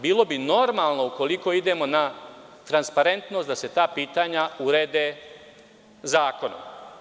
Bilo bi normalno ukoliko idemo na transparentnost da se ta pitanja urede zakonom.